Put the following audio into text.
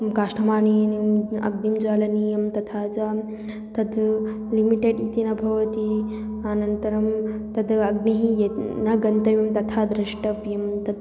काष्ठमानयनम् अग्निं ज्वलनीयं तथा च तत् लिमिटेड् इति न भवति अनन्तरं तद् अग्निः यद् न गन्तव्यं तथा दृष्टव्यं तत्